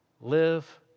live